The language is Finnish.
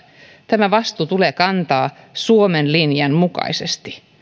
tämä vastuu tulee kantaa suomen linjan mukaisesti